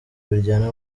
biryana